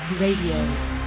Radio